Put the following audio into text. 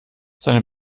seine